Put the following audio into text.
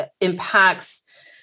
impacts